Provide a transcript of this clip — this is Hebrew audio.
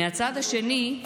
מהצד השני,